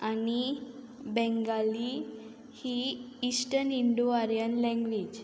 आनी बँगाली ही eastern Indo Aryan language